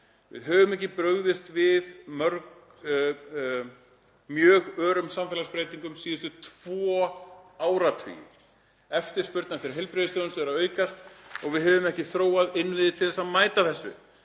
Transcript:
Við höfum ekki brugðist við mjög örum samfélagsbreytingum síðustu tvo áratugi. Eftirspurn eftir heilbrigðisþjónustu er að aukast og við höfum ekki þróað innviði til þess að mæta þessu,